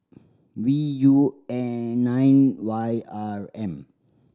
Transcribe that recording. V U N nine Y R M